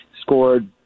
scored